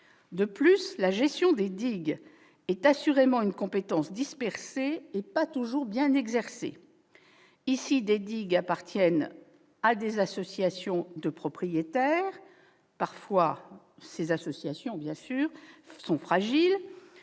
De plus, la gestion des digues est assurément une compétence dispersée et pas toujours bien exercée. Ici, des digues appartiennent à des associations de propriétaires fragiles, qui n'assurent pas